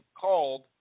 called